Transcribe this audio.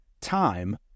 Time